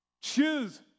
choose